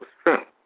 strength